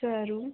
સારું